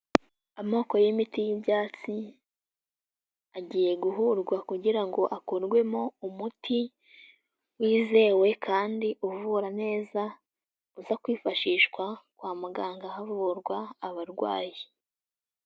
Amoko y'imiti y'ibyatsi, agiye guhurwa kugira ngo akorwemo umuti wizewe kandi uvura neza, uza kwifashishwa kwa muganga havurwa abarwayi.